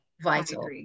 Vital